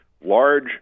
large